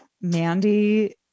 Mandy